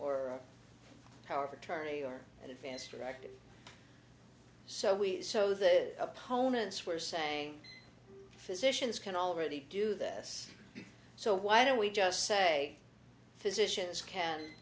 or power of attorney or an advanced directive so we so the opponents were saying physicians can already do this so why don't we just say physicians can